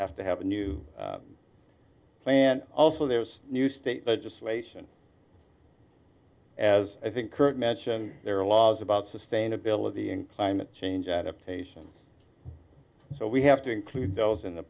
have to have a new plan also there's new state legislation as i think current mentioned there are laws about sustainability in climate change adaptation so we have to include those in the